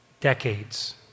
decades